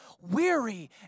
weary